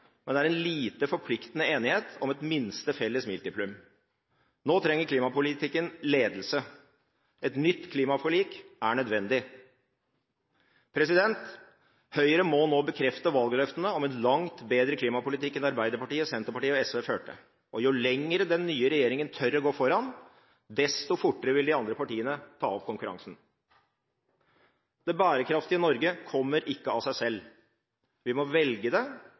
men er en lite forpliktende enighet om et minste felles multiplum. Nå trenger klimapolitikken ledelse. Et nytt klimaforlik er nødvendig. Høyre må nå bekrefte valgløftene om en langt bedre klimapolitikk enn Arbeiderpartiet, Senterpartiet og SV førte. Jo lenger den nye regjeringen tør å gå foran, desto fortere vil de andre partiene ta opp konkurransen. Det bærekraftige Norge kommer ikke av seg selv. Vi må velge det,